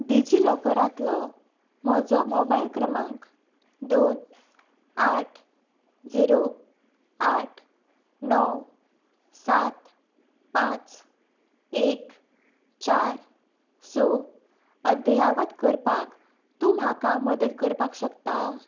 डिजिलॉकरांतलो म्हजो मोबायल क्रमांक दोन आठ झिरो आठ णव सात पांच एक चार स अधयावत करपाक तूं म्हाका मदत करपाक शकता